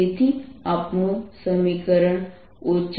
તેથી આપણું સમીકરણ 2α2βγ0છે